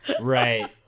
right